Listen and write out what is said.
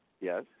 Yes